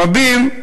רבים,